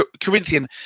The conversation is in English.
Corinthian